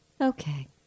Okay